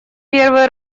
первый